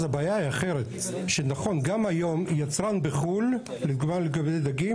זה חל על יצרן.